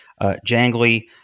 jangly